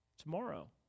Tomorrow